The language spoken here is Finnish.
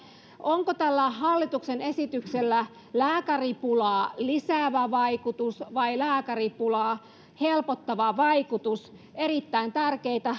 onko tällä hallituksen esityksellä lääkäripulaa lisäävä vaikutus vai lääkäripulaa helpottava vaikutus erittäin tärkeitä